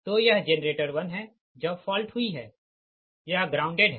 तो यह जेनरेटर 1 है जब फॉल्ट हुई हैयह ग्राउंडेड है